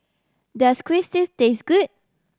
does Quesadilla taste good